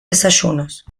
desayunos